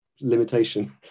limitation